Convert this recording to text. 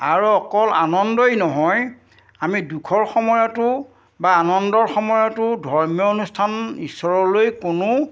আৰু অকল আনন্দই নহয় আমি দুখৰ সময়তো বা আনন্দৰ সময়তো ধৰ্মীয় অনুষ্ঠান ঈশ্বৰলৈ কোনো